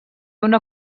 una